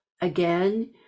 again